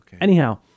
Anyhow